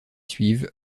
suivent